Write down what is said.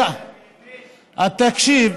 תקשיב: